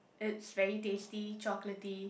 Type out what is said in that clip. it's very tasty chocolatey